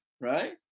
right